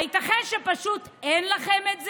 הייתכן שפשוט אין לכם את זה?